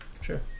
Sure